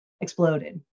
exploded